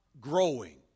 growing